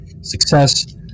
success